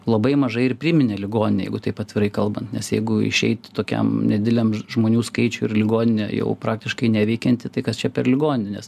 labai mažai ir priminė ligoninę jeigu taip atvirai kalbant nes jeigu išeiti tokiam nedideliam žmonių skaičiui ir ligoninė jau praktiškai neveikianti tai kas čia per ligoninės